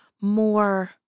more